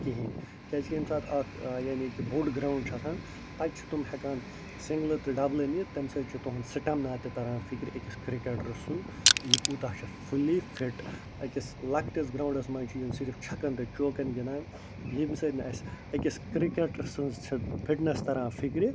کِہیٖنۍ کیٛازِ کہِ ییٚمہِ ساتہٕ اَکھ یعنی کہِ بوٚڈ گرٛاوُنٛد چھُ آسان تَتہِ چھِ تِم ہیٚکان سِنٛگلہٕ تہِ ڈبلہٕ نِتھ تَمہِ سۭتۍ چھُ تُہنٛد سِٹیٚمنا تہِ تران فِکرِ أکِس کرکٹرٕ سُنٛد یہِ کوٗتاہ چھِ فُلی فِٹ أکِس لۄکٹِس گرٛاوُنٛڈس منٛز چھِ یِم صِرف چھَکن تہٕ چوکن گِنٛدان ییٚمہِ سۭتۍ نہٕ اسہِ أکِس کِرکٹرٕ سٕنٛز چھِ فِٹنیٚس تران فِکرِ